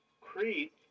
Crete